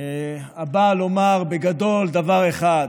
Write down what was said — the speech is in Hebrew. הבאה לומר, בגדול, דבר אחד: